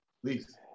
Please